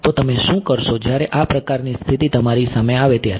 તો તમે શું કરશો જયારે આ પ્રકારની સ્થિતિ તમારી સામે આવે ત્યારે